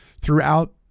throughout